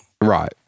right